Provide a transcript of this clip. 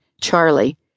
Charlie